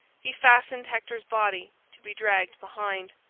he fastened hector's body to be dragged behind.